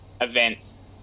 events